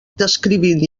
descrivint